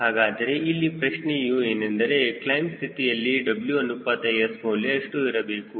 ಹಾಗಾದರೆ ಇಲ್ಲಿ ಪ್ರಶ್ನೆಯೂ ಏನೆಂದರೆ ಕ್ಲೈಮ್ ಸ್ಥಿತಿಯಲ್ಲಿ W ಅನುಪಾತ S ಮೌಲ್ಯ ಎಷ್ಟು ಇರಬೇಕು